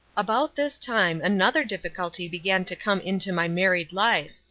about this time another difficulty began to come into my married life,